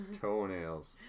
toenails